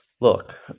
Look